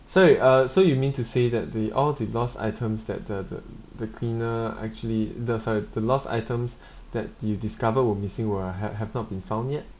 sorry uh so you mean to say that the all the lost items that the the the cleaner actually the sorry the lost items that you discovered were missing were ha~ have not been found yet